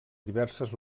diverses